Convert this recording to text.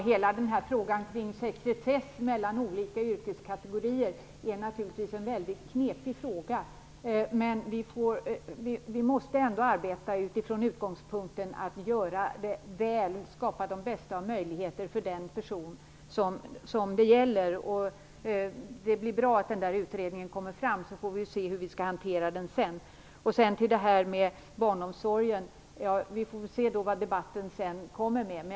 Herr talman! Hela frågan om sekretess mellan olika yrkeskategorier är naturligtvis väldigt knepig. Men vi måste ändå arbeta från utgångspunkten att göra det väl, att skapa de bästa möjligheterna för den person som det gäller. Det är bra att utredningen kommer fram, och vi får se hur vi skall hantera den sedan. När det gäller barnomsorgen får vi se vad som kommer fram i debatten.